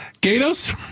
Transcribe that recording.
Gatos